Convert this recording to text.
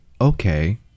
Okay